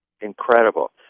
incredible